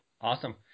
Awesome